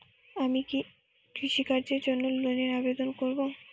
আমি কি কৃষিকাজের জন্য লোনের আবেদন করব?